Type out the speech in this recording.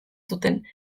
zuten